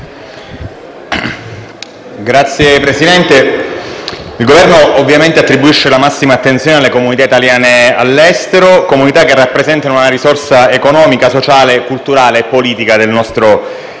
Signor Presidente, il Governo ovviamente attribuisce la massima attenzione alle comunità italiane all'estero, che rappresentano una risorsa economica, sociale, culturale e politica del nostro Paese.